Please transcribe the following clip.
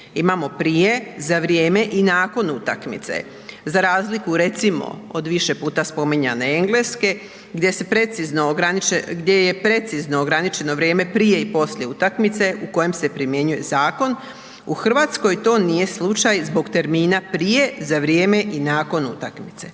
Imamo prije, za vrijeme i nakon utakmice. Za razliku, recimo od više puta spominjane Engleske, gdje se precizno, gdje je precizno ograničeno vrijeme prije i poslije utakmice u kojem se primjenjuje zakon, u Hrvatskoj to nije slučaj zbog termina prije, za vrijeme i nakon utakmice,